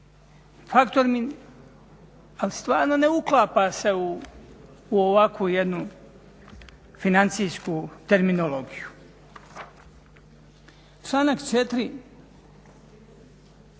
faktor mi ali stvarno ne uklapa se u ovakvu jednu financijsku terminologiju.